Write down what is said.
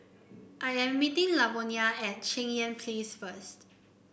I am meeting Lavonia at Cheng Yan Place first